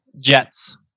Jets